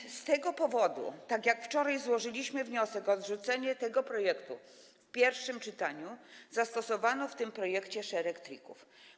I z tego powodu - tak jak wczoraj złożyliśmy wniosek o odrzucenie tego projektu w pierwszym czytaniu - zastosowano w tym projekcie szereg trików.